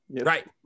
Right